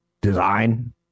design